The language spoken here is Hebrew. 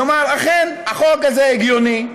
הוא יאמר: אכן החוק הזה הגיוני,